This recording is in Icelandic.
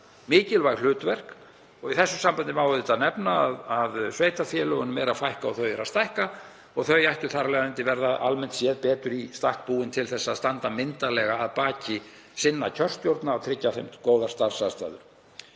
mikilvæg hlutverk. Í þessu sambandi má auðvitað nefna að sveitarfélögunum er að fækka og þau eru að stækka og þau ættu þar af leiðandi verða almennt séð betur í stakk búin til að styðja myndarlega við bak sinna kjörstjórna og tryggja þeim góðar starfsaðstæður.